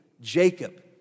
Jacob